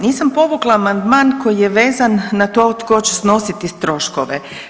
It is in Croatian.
Nisam povukla amandman koji je vezano na to tko će snositi troškove.